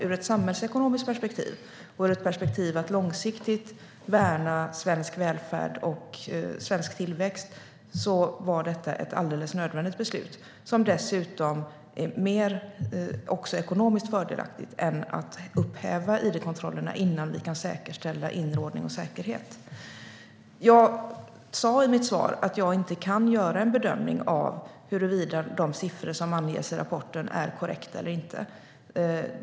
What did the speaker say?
Ur ett samhällsekonomiskt perspektiv och med tanke på behovet av att långsiktigt värna svensk välfärd och svensk tillväxt var detta därmed ett alldeles nödvändigt beslut, som dessutom är mer ekonomiskt fördelaktigt än att upphäva id-kontrollerna innan vi kan säkerställa inre ordning och säkerhet. Jag sa i mitt svar att jag inte kan göra någon bedömning av huruvida de siffror som anges i rapporten är korrekta eller inte.